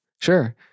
Sure